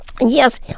Yes